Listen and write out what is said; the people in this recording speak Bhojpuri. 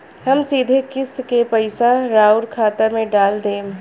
हम सीधे किस्त के पइसा राउर खाता में डाल देम?